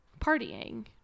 partying